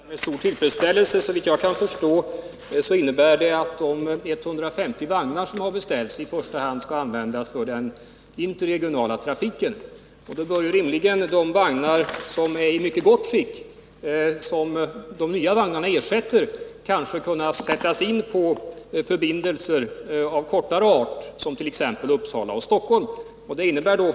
Herr talman! Jag noterar detta med stor tillfredsställelse. Såvitt jag kan förstå innebär det att de 150 vagnar som har beställts i första hand skall användas för den interregionala trafiken. Då bör rimligen de vagnar som är i mycket gott skick och som de nya vagnarna ersätter kunna sättas in på förbindelser av kortare art som t.ex. den mellan Uppsala och Stockholm.